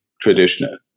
traditional